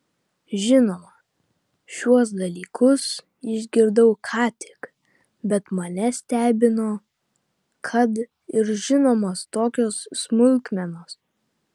žinoma šiuos dalykus išgirdau ką tik bet mane stebino kad ir žinomos tokios smulkmenos